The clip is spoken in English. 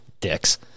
dicks